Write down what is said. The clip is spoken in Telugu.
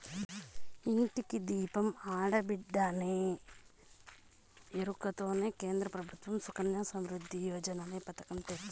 ఇంటికి దీపం ఆడబిడ్డేననే ఎరుకతో కేంద్ర ప్రభుత్వం సుకన్య సమృద్ధి యోజననే పతకం తెచ్చింది